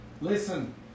Listen